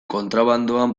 kontrabandoan